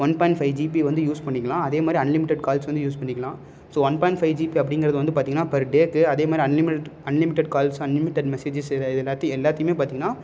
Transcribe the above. one point five GB வந்து use பண்ணிக்கலாம் அதேமாதிரி அன்லிமிடெட் கால்ஸ் வந்து யூஸ் பண்ணிக்கலாம் so one point five GB அப்படிங்கறது வந்து பார்த்தீங்கன்னா பெர் டேக்கு அதே மாதிரி unlimited unlimited calls unlimited messages எல்லாத்தி எல்லாத்தியுமே பார்த்தீங்கன்னா